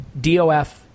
DOF